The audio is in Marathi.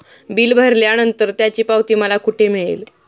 बिल भरल्यानंतर त्याची पावती मला कुठे मिळेल?